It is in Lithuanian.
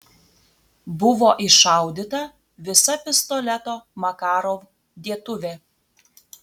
buvo iššaudyta visa pistoleto makarov dėtuvė